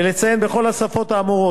ולציין בכל השפות האמורות,